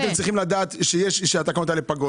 אתם צריכים לדעת שתוקף התקנות פג.